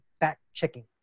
fact-checking